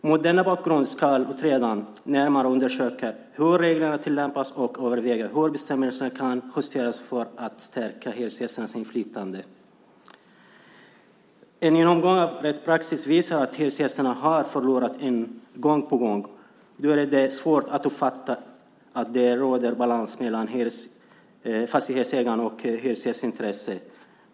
Mot denna bakgrund skulle utredaren, när man undersökte hur reglerna tillämpades, överväga hur bestämmelserna kunde justeras för att stärka hyresgästernas inflytande. En genomgång av rättspraxis visar att hyresgästerna har förlorat gång på gång. Nu är det svårt att uppfatta att det råder balans mellan fastighetsägar och hyresgästintresse.